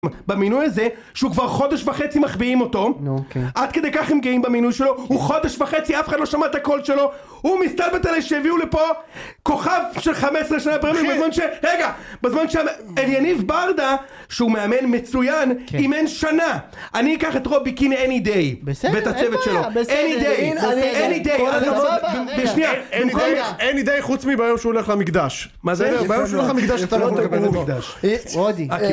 במינוי הזה שהוא כבר חודש וחצי מחביאים אותו עד כדי כך הם גאים במינוי שלו הוא חודש וחצי אף אחד לא שמע את הקול שלו הוא מסתלבט עלי שיביאו לפה כוכב של חמש עשרה שנים הפרמיים בזמן ש... רגע! אל יניב ברדה שהוא מאמן מצוין עם אין שנה אני אקח את רוביקין איני די ואת הצוות שלו איני די איני די חוץ מביום שהוא הולך למקדש מה זה? רודי